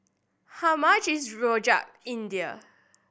how much is Rojak India